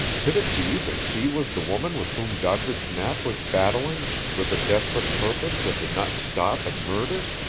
could it be that she was the woman with whom doddridge knapp was battling with a desperate purpose that did not stop at murder?